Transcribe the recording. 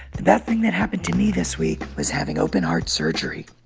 the best thing that happened to me this week was having open-heart surgery.